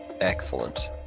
Excellent